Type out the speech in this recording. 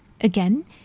Again